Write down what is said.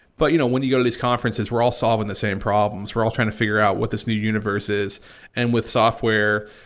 but, you know, when you go to these conferences we're all solving the same problems, we're all trying to figure out what this new universe is and with software,